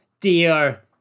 Dear